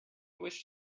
wished